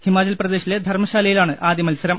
ഹിമാചൽ പ്രദേശിലെ ധർമ്മശാലയിലാണ് ആദ്യ മത്സരം